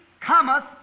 cometh